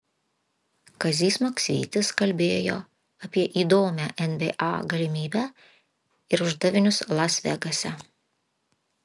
kazys maksvytis kalbėjo apie įdomią nba galimybę ir uždavinius las vegase